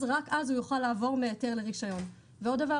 אולי רק את הסעיף